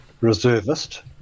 reservist